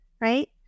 right